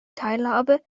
teilhabe